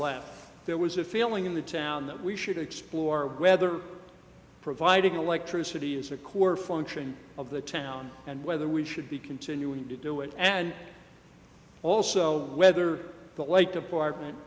left there was a feeling in the town that we should explore whether providing electricity is a core function of the town and whether we should be continuing to do it and also whether the like department